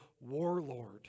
warlord